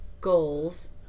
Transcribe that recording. goals